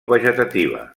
vegetativa